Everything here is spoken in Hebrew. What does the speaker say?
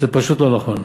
פשוט לא נכון.